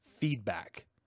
feedback